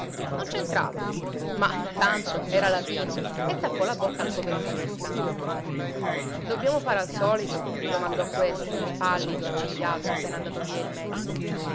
non c'entrava ma tanto era latino e tappò la bocca al povero sagrestano dobbiamo fare al solito domandò questi pallido accigliato appena andato via il medico